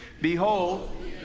behold